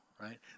right